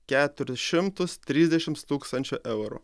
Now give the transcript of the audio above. keturis šimtus trisdešims tūkstančių eurų